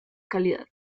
calidad